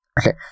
Okay